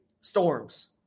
storms